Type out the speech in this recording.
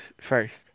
first